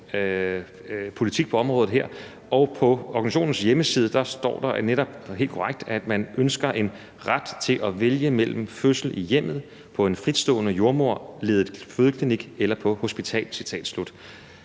politik på området her, og på organisationens hjemmeside står der netop og helt korrekt, at man ønsker en ret til at vælge mellem fødsel i hjemmet, på en fritstående jordemoderledet fødeklinik eller på hospitalet.